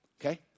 Okay